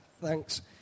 Thanks